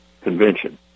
convention